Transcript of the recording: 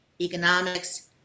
economics